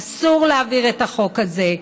אסור להעביר את החוק הזה,